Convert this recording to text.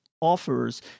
offers